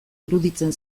iruditzen